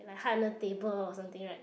like hide under table or something right